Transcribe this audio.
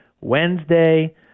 Wednesday